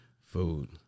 Food